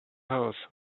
house